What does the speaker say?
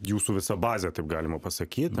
jūsų visa bazė taip galima pasakyt